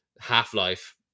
Half-Life